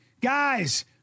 Guys